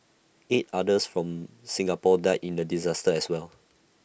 eight others from Singapore died in the disaster as well